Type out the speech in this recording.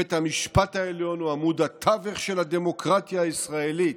"בית המשפט העליון הוא עמוד התווך של הדמוקרטיה הישראלית.